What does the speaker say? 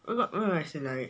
no no as in like